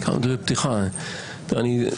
אני רואה